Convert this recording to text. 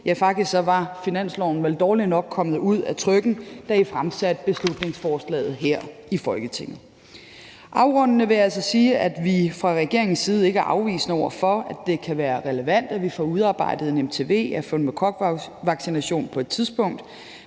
Ja, faktisk var finansloven vel dårligt nok kommet ud af trykken, da I fremsatte beslutningsforslaget her i Folketinget. Afrundende vil jeg altså sige, at vi fra regeringens side ikke er afvisende over for, at det kan være relevant, at vi får udarbejdet en MTV af pneumokokvaccination på et tidspunkt,